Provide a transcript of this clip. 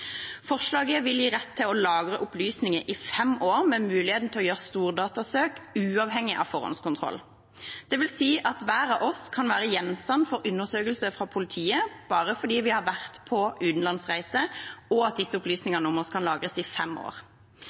Forslaget vil gi rett til å lagre opplysninger i fem år med muligheten til å gjøre stordatasøk, uavhengig av forhåndskontroll. Det vil si at hver av oss kan være gjenstand for undersøkelser fra politiet bare fordi vi har vært på utenlandsreise, og at disse opplysningene om oss kan lagres i fem år.